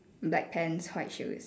black pants white shoes